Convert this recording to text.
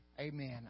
Amen